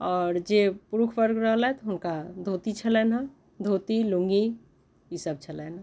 आओर जे पुरुष वर्ग रहलथि हुनका धोती छलनि हँ धोती लुङ्गी ई सभ छलनि हँ